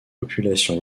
population